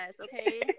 okay